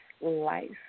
life